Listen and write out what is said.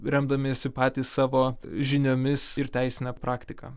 remdamiesi patys savo žiniomis ir teisine praktika